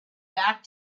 back